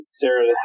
sarah